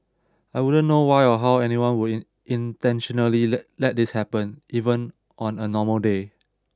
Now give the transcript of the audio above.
I wouldn't know why or how anyone would in intentionally let this happen even on a normal day